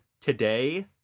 today